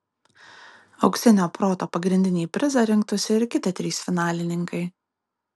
auksinio proto pagrindinį prizą rinktųsi ir kiti trys finalininkai